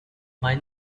mind